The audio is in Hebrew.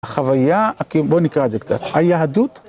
החוויה, בואו נקרא את זה קצת, היהדות.